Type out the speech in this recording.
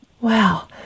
Wow